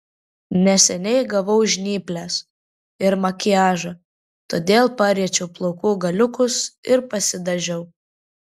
neseniai gavau žnyples ir makiažo todėl pariečiau plaukų galiukus ir pasidažiau